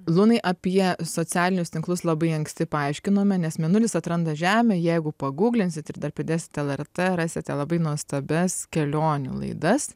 lunai apie socialinius tinklus labai anksti paaiškinome nes mėnulis atranda žemę jeigu pagūglinsit ir dar pridėsit lrt rasite labai nuostabias kelionių laidas